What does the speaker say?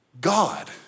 God